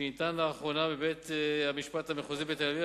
שניתן לאחרונה בבית-המשפט המחוזי בתל-אביב,